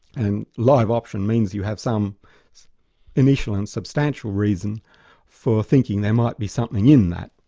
and live option means you have some initial and substantial reason for thinking there might be something in that.